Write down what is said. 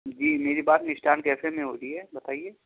جی میری بات مسٹان کیف ے میں ہو رہی ہے بتائیے